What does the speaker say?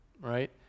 right